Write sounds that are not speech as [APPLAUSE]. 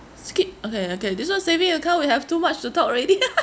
skip okay okay this [one] saving account we have too much to talk already [LAUGHS]